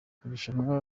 irushanwa